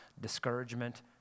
discouragement